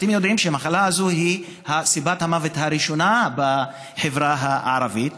אתם יודעים שהמחלה הזו היא סיבת המוות הראשונה בחברה הערבית.